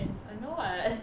I I know [what]